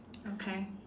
okay